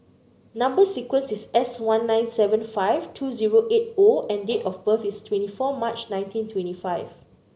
number sequence is S one nine seven five two zero eight O and date of birth is twenty four March nineteen twenty five